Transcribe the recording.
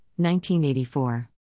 1984